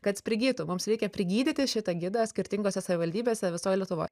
kad jis prigytų mums reikia prigydyti šitą gidą skirtingose savivaldybėse visoj lietuvoj